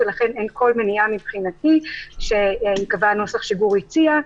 ולכן אין כל מניעה מבחינתי שייקבע הנוסח שגור הציע,